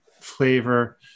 flavor